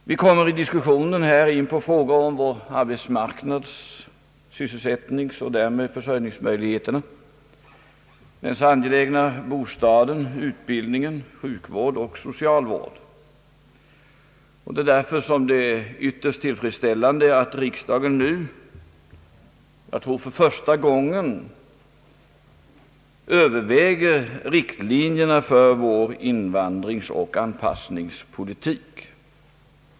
Vi kommer under diskussionen här in på frågor om vår arbetsmarknad och sysselsättningen och därmed om våra försörjningsmöjligheter, den angelägna bostaden, utbildningen, sjukvård och socialvård. Det är därför som det är ytterst tillfredsställanu.c att riksdagen nu — jag tror för första gången — överväger riktlinjerna för vår invandringsoch anpassningspolitik.